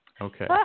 Okay